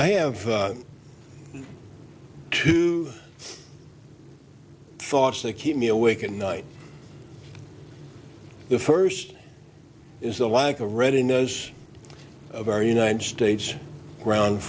i have two thoughts that keep me awake at night the first is the lack of reading those of our united states ground